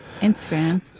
Instagram